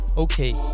Okay